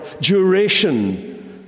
duration